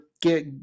get